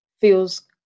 feels